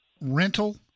rental